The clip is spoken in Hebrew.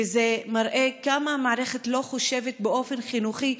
וזה מראה כמה המערכת לא חושבת באופן חינוכי,